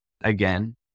again